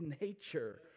nature